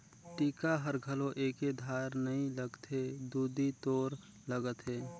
टीका हर घलो एके धार नइ लगथे दुदि तोर लगत हे